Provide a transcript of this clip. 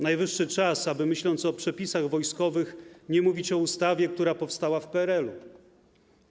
Najwyższy czas, aby myśląc o przepisach wojskowych, nie mówić o ustawie, która powstała w PRL-u.